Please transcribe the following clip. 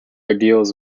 ideals